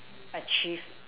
achieve